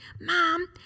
Mom